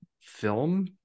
film